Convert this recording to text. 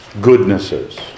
goodnesses